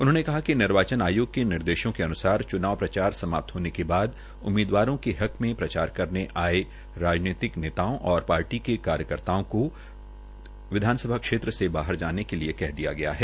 उन्होंने कहा कि निर्वाचन आयोग के निर्देशों के अनुसार च्नाव प्रचार समाप्त होने के बाद उम्मीदवारों के हक में प्रचार करने आये राजनीतिक नेताओं को विधानसभा क्षेत्र से बाहर चले जाने के लिये कह दिया गया है